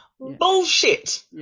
bullshit